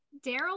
Daryl